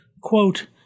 quote